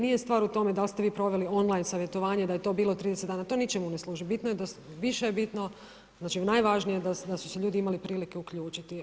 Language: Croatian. Nije stvar u tome dal' ste vi proveli online savjetovanje, da je to bilo 30 dana, to ničemu ne služi, više je bitno, znači najvažnije je da su se ljudi imali prilike uključiti.